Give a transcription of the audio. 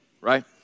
right